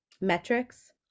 metrics